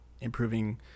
improving